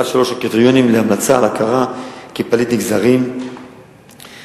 3. הקריטריונים להמלצה על הכרה כפליט נגזרים מאחד